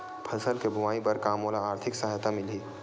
फसल के बोआई बर का मोला आर्थिक सहायता मिलही?